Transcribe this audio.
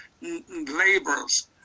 laborers